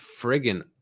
friggin